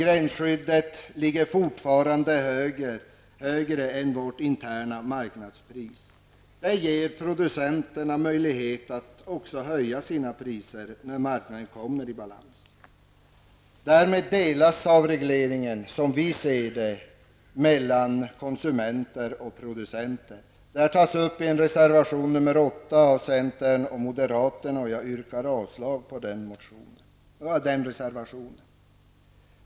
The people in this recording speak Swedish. Gränsskyddet ligger fortfarande högre än vårt interna marknadspris. Det ger producenterna möjlighet att höja sina priser när marknaden har kommit i balans. Därmed delas avregleringens vinster, som vi ser saken, mellan konsumenterna och producenterna. Detta tas upp i reservation nr 8 av centern och moderaterna. Jag yrkar avslag på denna reservation.